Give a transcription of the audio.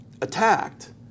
attacked